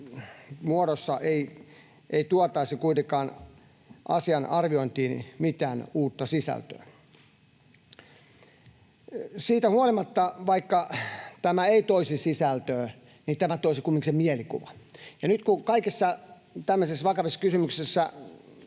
ei tuotaisi kuitenkaan asian arviointiin mitään uutta sisältöä. Siitä huolimatta, että tämä ei toisi sisältöä, tämä toisi kumminkin sen mielikuvan. Nyt kun kaikissa tämmöisissä vakavissa kysymyksissä